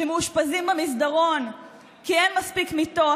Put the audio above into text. שמאושפזים במסדרון כי אין מספיק מיטות,